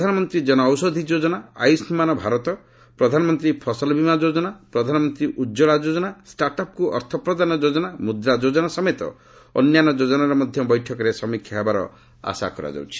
ପ୍ରଧାନମନ୍ତ୍ରୀ ଜନୌଷଧି ଯୋଜନା ଆୟୁଷ୍ମାନ ଭାରତ ପ୍ରଧାନମନ୍ତ୍ରୀ ଫସଲ ବୀମା ଯୋଜନା ପ୍ରଧାନମନ୍ତ୍ରୀ ଉଜ୍ଜଳା ଯୋଜନା ଷ୍ଟାର୍ଟ୍ଅପ୍କୁ ଅର୍ଥ ପ୍ରଦାନ ଯୋଜନା ମୁଦ୍ରା ଯୋଜନା ସମେତ ଅନ୍ୟାନ୍ୟ ଯୋଜନାର ମଧ୍ୟ ବୈଠକରେ ସମୀକ୍ଷା ହେବାର ଆଶା କରାଯାଉଛି